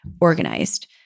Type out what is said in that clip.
organized